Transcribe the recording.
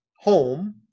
home